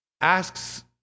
asks